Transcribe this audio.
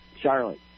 Charlotte